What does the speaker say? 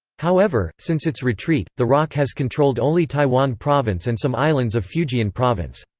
however, since its retreat, the roc has controlled only taiwan province and some islands of fujian province.